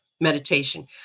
meditation